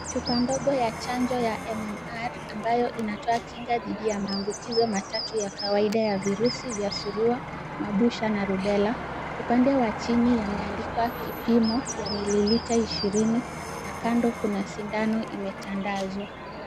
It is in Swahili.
Chupa ndogo ya chanjo ya MMR ambayo inatoa kinga dhidi ya maambukizi matatu ya kawaida ya virusi vya surua, mabusha na rubela. Upande wa chini yameandikwa kipimo ya millilitre ishirini na kando kuna sindano imetandazwa.